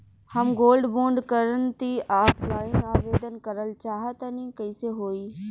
हम gold bond करंति offline आवेदन करल चाह तनि कइसे होई?